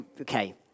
Okay